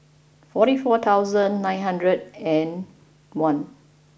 forty four thousand nine hundred and one